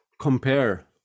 compare